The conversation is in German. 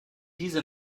diese